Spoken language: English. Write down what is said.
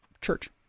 church